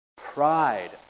Pride